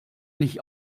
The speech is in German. nicht